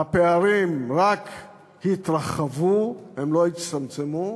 הפערים רק התרחבו, הם לא הצטמצמו,